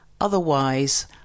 Otherwise